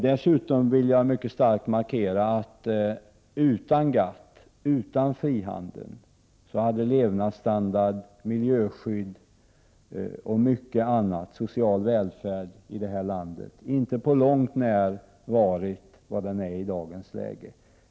Dessutom vill jag mycket starkt markera att utan GATT, utan frihandeln, hade levnadsstandard, social välfärd, miljöskydd och mycket annat i det här landet inte på långt när varit vad de är i dagens läge.